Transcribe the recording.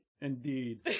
Indeed